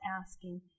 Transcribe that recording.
asking